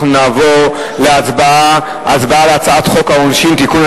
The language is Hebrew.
אנחנו נעבור להצבעה על הצעת חוק העונשין (תיקון,